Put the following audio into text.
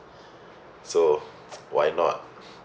so why not